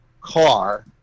car